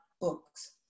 books